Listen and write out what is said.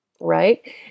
right